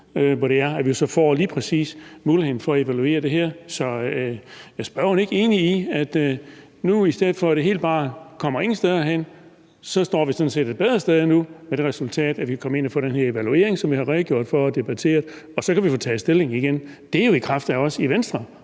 hvor vi lige præcis får muligheden for at evaluere det her. Så er spørgeren ikke enig i, at vi nu, i stedet for at det hele bare ikke kommer nogen steder hen, står et bedre sted med det resultat, at vi kan komme ind og få den her evaluering, som jeg har redegjort for, og som vi har debatteret, og at vi så igen kan få taget stilling? Det er jo i kraft af os i Venstre,